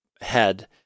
head